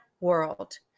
world